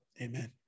Amen